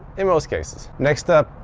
in most cases. next up,